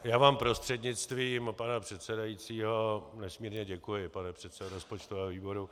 Já vám prostřednictvím pana předsedajícího nesmírně děkuji, pane předsedo rozpočtového výboru.